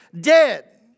dead